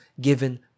given